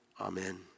amen